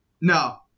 No